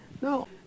No